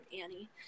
Annie